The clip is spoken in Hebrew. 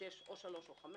שלוש או חמש,